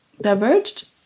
diverged